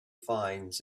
finds